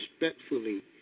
respectfully